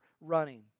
running